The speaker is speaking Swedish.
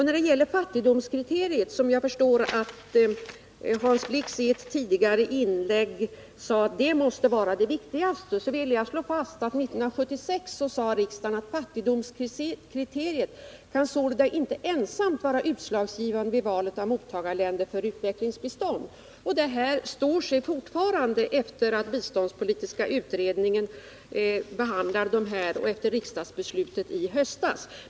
När det gäller fattigdomskriteriet sade Hans Blix i ett tidigare inlägg att det måste vara det viktigaste, och här vill jag citera vad riksdagen fastslog år 1976: ”Fattigdomskriteriet kan sålunda inte ensamt vara utslagsgivande vid valet av mottagarländer för utvecklingsbistånd.” Det här står sig fortfarande efter det att den biståndspolitiska utredningen behandlat frågan och efter riksdagsbeslutet i höstas.